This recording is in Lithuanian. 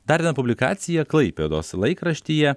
dar viena publikacija klaipėdos laikraštyje